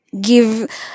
give